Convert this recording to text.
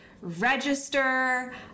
register